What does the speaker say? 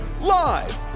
live